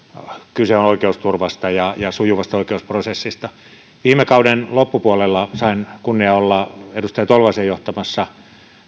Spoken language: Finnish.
kyse on oikeusturvasta ja sujuvasta oikeusprosessista viime kauden loppupuolella sain kunnian olla edustaja tolvasen johtamassa